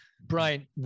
Brian